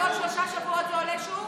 חמד, עוד שלושה שבועות זה עולה שוב?